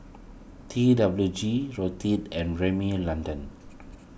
T W G Lotte and Rimmel London